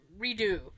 redo